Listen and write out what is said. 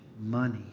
money